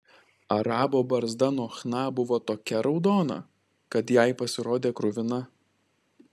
arabo barzda nuo chna buvo tokia raudona kad jai pasirodė kruvina